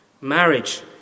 marriage